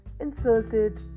insulted